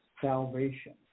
salvation